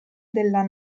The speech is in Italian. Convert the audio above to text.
della